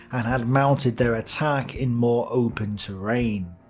and had mounted their attack in more open terrain.